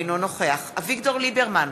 אינו נוכח אביגדור ליברמן,